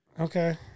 Okay